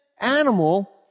animal